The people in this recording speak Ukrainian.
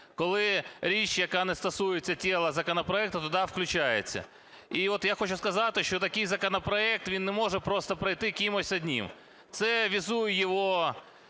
коли річ, яка не стосується тіла законопроекту, туди включається. І т я хочу сказати, що такий законопроект, він не може пройти кимось одним. Це візує його